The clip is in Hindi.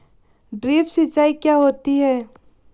ड्रिप सिंचाई क्या होती हैं?